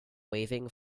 waving